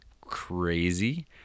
crazy